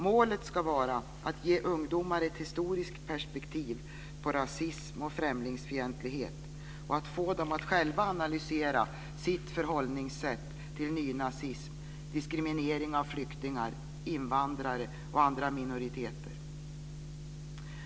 Målet ska vara att ge ungdomar ett historiskt perspektiv på rasism och främlingsfientlighet och att få dem att själva analysera sitt förhållningssätt till nynazism, diskriminering av flyktingar, invandrare och andra minoriteter.